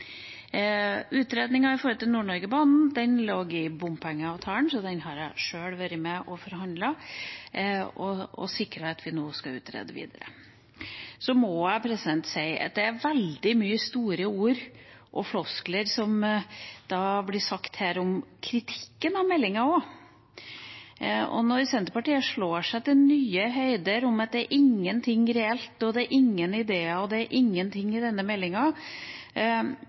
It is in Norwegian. Utredninga om Nord-Norgebanen lå i bompengeavtalen, så den har jeg sjøl vært med og forhandlet og sikret at den nå skal utredes videre. Så må jeg si at det er veldig mange store ord og floskler som blir brukt her i kritikken av meldinga. Senterpartiet slår seg til nye høyder med at det er ingenting reelt, ingen ideer og ingenting i denne meldinga, og man ikke har tid til å snakke om gründerskap, for det er tydeligvis ikke viktig nok. Men går man inn i